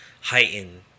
heighten